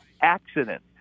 accident